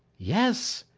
yes!